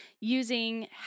using